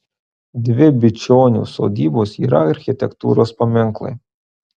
dvi bičionių sodybos yra architektūros paminklai